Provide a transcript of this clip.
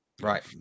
Right